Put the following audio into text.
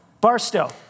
Barstow